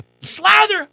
Slather